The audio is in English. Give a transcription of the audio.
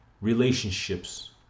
relationships